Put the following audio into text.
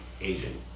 aging